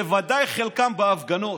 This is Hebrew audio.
בוודאי חלקם בהפגנות.